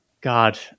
God